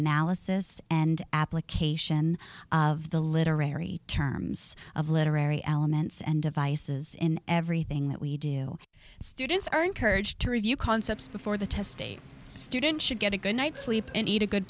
analysis and application of the literary terms of literary elements and devices in everything that we do know students are encouraged to review concepts before the test a student should get a good night's sleep and eat a good